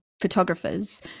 photographers